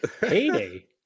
Payday